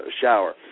shower